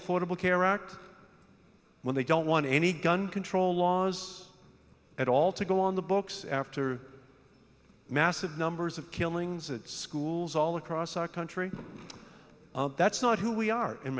act when they don't want any gun control laws at all to go on the books after massive numbers of killings at schools all across our country that's not who we are in